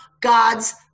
God's